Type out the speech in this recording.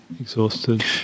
exhausted